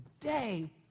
today